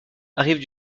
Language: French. arrivent